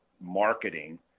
marketing